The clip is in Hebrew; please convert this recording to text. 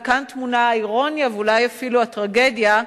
וכאן טמונה האירוניה ואולי אפילו הטרגדיה,